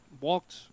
walked